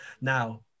Now